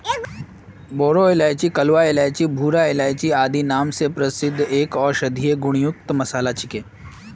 बोरो इलायची कलवा इलायची भूरा इलायची आदि नाम स प्रसिद्ध एकता औषधीय गुण युक्त मसाला छिके